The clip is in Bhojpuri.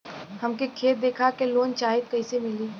हमके खेत देखा के लोन चाहीत कईसे मिली?